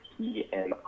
PMI